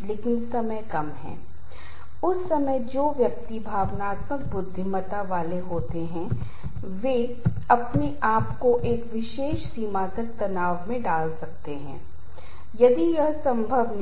मनोवैज्ञानिक परिणाम संगठन के संदर्भ में नौकरी की असंतोष कम प्रतिबद्धता होगी आप भावनात्मक रूप से थकावट महसूस करेंगे आप उदास भी महसूस करेंगे